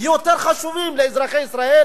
יותר חשובים לאזרחי ישראל,